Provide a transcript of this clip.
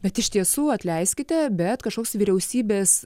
bet iš tiesų atleiskite bet kažkoks vyriausybės